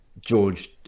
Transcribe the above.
george